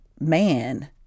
man